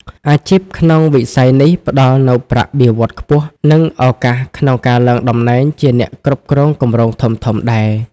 អាជីពក្នុងវិស័យនេះផ្ដល់នូវប្រាក់បៀវត្សរ៍ខ្ពស់ និងឱកាសក្នុងការឡើងតំណែងជាអ្នកគ្រប់គ្រងគម្រោងធំៗដែរ។